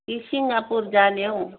कि सिङ्गापुर जाने हौ